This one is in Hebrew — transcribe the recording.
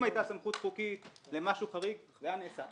אם הייתה סמכות חוקית למשהו חריג זה היה נעשה.